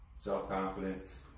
self-confidence